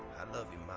i love you.